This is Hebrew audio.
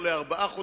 לתת להם למות